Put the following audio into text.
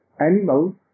animals